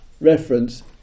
reference